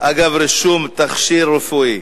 אגב רישום תכשיר רפואי),